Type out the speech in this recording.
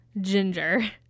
ginger